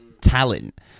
talent